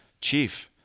chief